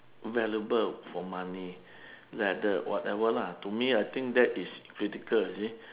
valuable for money like the whatever lah to me I think that is ridiculous you see